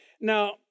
Now